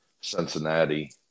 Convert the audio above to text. Cincinnati